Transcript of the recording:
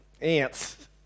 ants